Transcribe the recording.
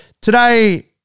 today